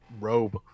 robe